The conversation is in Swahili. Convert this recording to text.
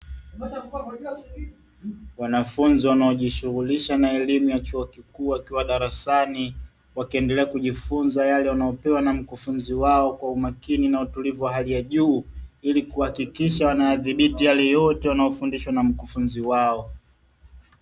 Wanafunzi wanaojishughulisha na elimu ya chuo kikuu wakiwa darasani, wakiendelea kujifunza yale wanayopewa na mkufunzi wao kwa umakini na utulivu wa hali ya juu, ili kuhakikisha wanayadhibiti yale yote wanayofundishwa na mkufunzi wao.